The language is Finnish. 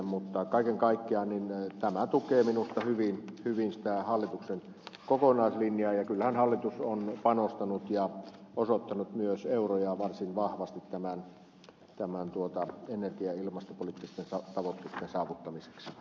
mutta kaiken kaikkiaan tämä tukee minusta hyvin sitä hallituksen kokonaislinjaa ja kyllähän hallitus on panostanut ja osoittanut myös euroja varsin vahvasti energia ja ilmastopoliittisten tavoitteitten saavuttamiseksi